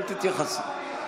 אל תתייחסו.